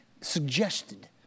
suggested